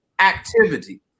activity